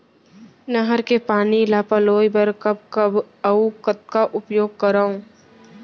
नहर के पानी ल पलोय बर कब कब अऊ कतका उपयोग करंव?